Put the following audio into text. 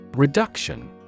Reduction